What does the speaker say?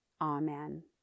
Amen